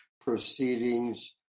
Proceedings